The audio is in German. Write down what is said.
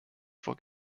vor